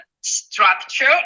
structure